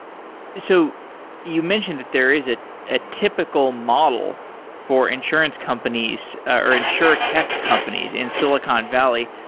so you mentioned that there is a ah typical model for insurance companies or insuretech companies in silicon valley.